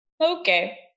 okay